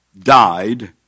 died